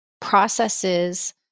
processes